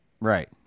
Right